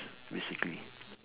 basically